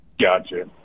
Gotcha